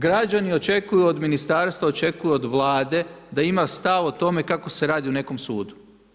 Građani očekuju od Ministarstva, očekuju od Vlade da ima stav o tome kako se radi u nekom sudu.